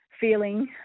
feeling